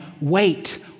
Wait